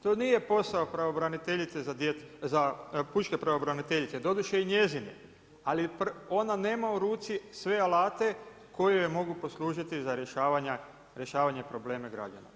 To nije posao Pravobraniteljice za djecu, za Pučke pravobraniteljice, doduše i njezine, ali ona nema u ruci sve alate koji joj mogu poslužiti za rješavanje probleme građana.